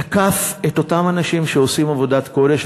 תקף את אותם אנשים שעושים עבודת קודש.